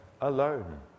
alone